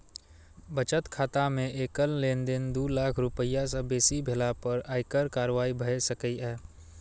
बचत खाता मे एकल लेनदेन दू लाख रुपैया सं बेसी भेला पर आयकर कार्रवाई भए सकैए